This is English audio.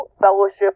fellowship